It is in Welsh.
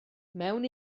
mewn